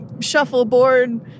shuffleboard